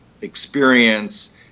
experience